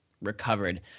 recovered